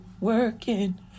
working